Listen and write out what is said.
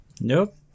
Nope